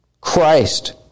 Christ